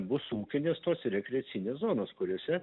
bus ūkinės tos ir rekreacinės zonos kuriose